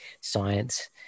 science